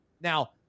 Now